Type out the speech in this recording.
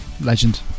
legend